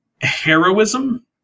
heroism